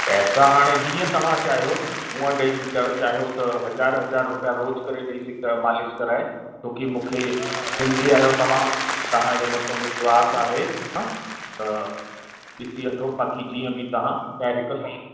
पैसा हाणे जीअं तव्हां चाहियो उह ॾेई सघंदा आहियो चाहियो त हज़ार हज़ार रुपया रोज़ु करे ॾेई सघंदा आहियो मालिश कराए छोकी मूंखे सिंधी आयो तव्हां त तव्हांजे मथो विश्वास आहे हा त ॾिसी वठो बाक़ी जीअं बि तव्हां जा हिक साथ बि ॾेई सघंदा आहियो